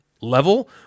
level